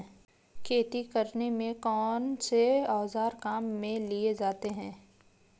खेती करने में कौनसे औज़ार काम में लिए जाते हैं?